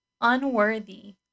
unworthy